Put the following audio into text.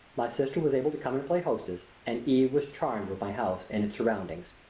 my sister was able to come and play hostess, and eve was charmed with my house and its surroundings.